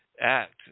act